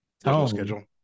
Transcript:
schedule